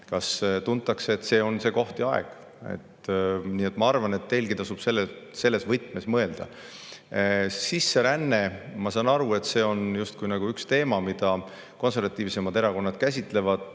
kas tuntakse, et see on see [õige] koht ja aeg. Ma arvan, et teilgi tasub selles võtmes mõelda. Sisseränne, ma saan aru, on üks teema, mida konservatiivsemad erakonnad käsitlevad.